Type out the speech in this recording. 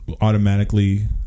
automatically